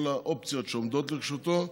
כל האופציות שעומדות לרשותו,